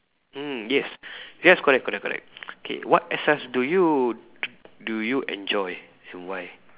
mm yes yes correct correct correct okay what exercise do you do you enjoy and why